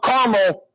Carmel